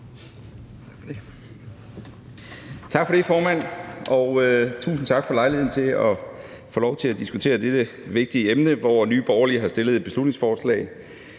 Tak for det, formand, og tusind tak for lejligheden til at få lov til at diskutere dette vigtige emne. Nye Borgerlige har fremsat et beslutningsforslag,